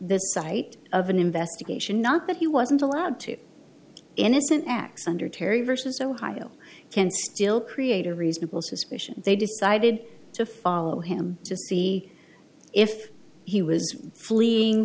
the site of an investigation not that he wasn't allowed to innocent acts under terry versus ohio can still create a reasonable suspicion they decided to follow him to see if he was fleeing